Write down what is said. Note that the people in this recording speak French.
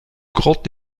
grottes